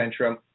Centrum